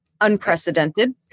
unprecedented